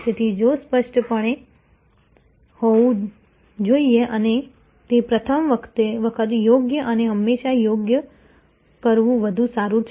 તેથી જો સ્પષ્ટ હોવું જોઈએ અને તે પ્રથમ વખત યોગ્ય અને હંમેશા યોગ્ય કરવું વધુ સારું છે